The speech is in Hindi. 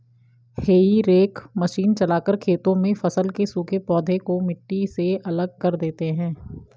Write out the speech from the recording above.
हेई रेक मशीन चलाकर खेतों में फसल के सूखे पौधे को मिट्टी से अलग कर देते हैं